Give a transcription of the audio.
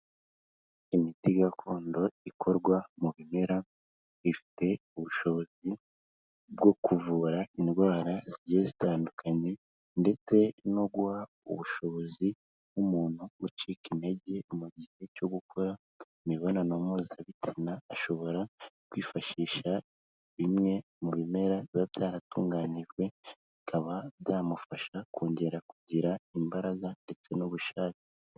Imiti gakondo ikorwa mu bimera, ifite ubushobozi bwo kuvura indwara zigiye zitandukanye ndetse no guha ubushobozi nk'umuntu gucika intege mu gihe cyo gukora imibonano mpuzabitsina ashobora kwifashisha bimwe mu bimera biba byaratunganijwe. Bikaba byamufasha kongera kugira imbaraga ndetse n'ubushake.